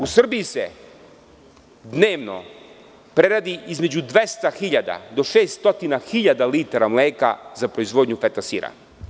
U Srbiji se dnevno preradi između 200 hiljada do 600 hiljada litara mleka za proizvodnju feta sira.